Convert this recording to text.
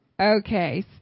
Okay